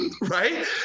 right